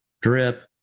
Drip